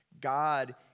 God